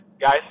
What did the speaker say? guys